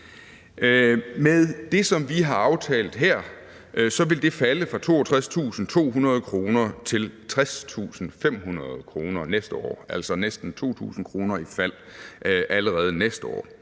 Med det, som vi har aftalt her, vil det falde fra 62.200 kr. til 60.500 kr. næste år – altså et fald på næsten 2.000 kr. allerede næste år.